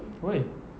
why